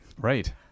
right